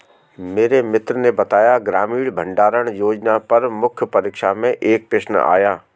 मेरे मित्र ने बताया ग्रामीण भंडारण योजना पर मुख्य परीक्षा में एक प्रश्न आया